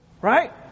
Right